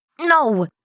No